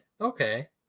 Okay